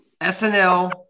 SNL